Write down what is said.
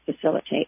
facilitate